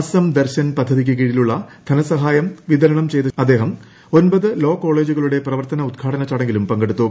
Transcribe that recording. അസം ദർശൻ പദ്ധതിക്ക് ്കീഴിലുള്ള ധനസഹായം വിതരണം ചെയ്ത അദ്ദേഹം ഒൻപ്ത് ലോ കോളേജുകളുടെ പ്രവർത്തന ഉദ്ഘാടന ചടങ്ങിലും പങ്കെടുത്തു